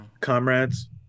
comrades